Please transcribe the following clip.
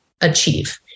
achieve